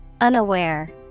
Unaware